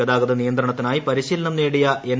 ഗതാഗത നിയന്ത്രണത്തിനായി പരിശീലനം നേടിയ എൻ